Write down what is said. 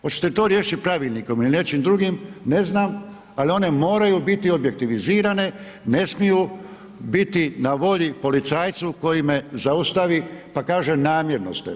Hoćete to riješiti pravilnikom ili nečim drugim, ne znam ali one moraju biti objektivizirane, ne smiju biti na volji policajcu koji me zaustavi pa kaže namjerno ste.